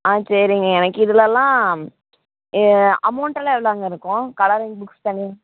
ஆ சரிங்க எனக்கு இதுல எல்லாம் அமௌண்ட் எல்லாம் எவ்வளோங்க இருக்கும் கலரிங் புக்ஸ் தனி